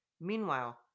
Meanwhile